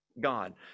god